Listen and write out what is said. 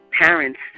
parents